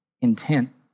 intent